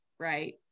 right